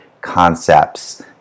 concepts